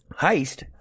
heist